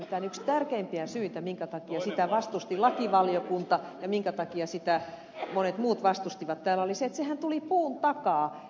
nimittäin yksi tärkeimpiä syitä minkä takia sitä vastusti lakivaliokunta ja minkä takia sitä monet muut vastustivat täällä oli se että sehän tuli puun takaa